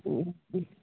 ହୁଁ